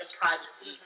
privacy